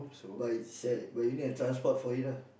but it's at but you need have transport for it ah